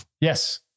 Yes